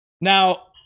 Now